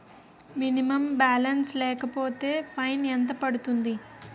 Minimum balance లేకపోతే fine ఎంత పడుతుంది?